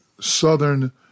Southern